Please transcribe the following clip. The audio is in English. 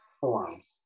forms